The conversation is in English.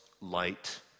light